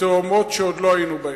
לתהומות שעוד לא היינו בהן.